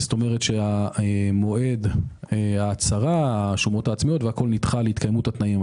מועד ההצהרה נדחה ----.